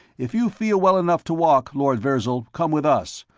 if you feel well enough to walk, lord virzal, come with us.